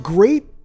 great